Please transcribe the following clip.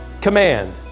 command